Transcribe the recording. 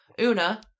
Una